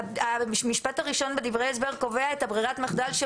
המשפט הראשון בדברי ההסבר קובע את ברירת המחדל.